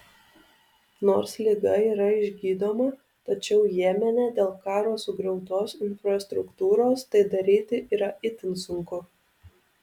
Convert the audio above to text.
nors liga yra išgydoma tačiau jemene dėl karo sugriautos infrastruktūros tai daryti yra itin sunku